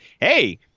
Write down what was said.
Hey